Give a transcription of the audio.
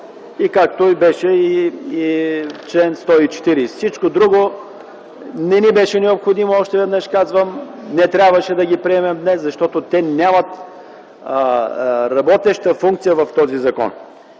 както беше и за чл. 140. Всичко друго не ни беше необходимо. Още веднъж казвам – не трябваше да ги приемем днес, защото те нямат работеща функция в този закон.